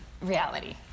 reality